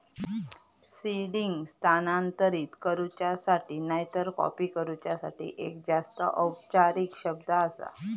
seeding स्थानांतरित करूच्यासाठी नायतर कॉपी करूच्यासाठी एक जास्त औपचारिक शब्द आसा